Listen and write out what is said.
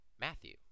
Matthew